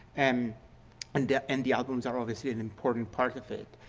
um and and the albums are obviously an important part of it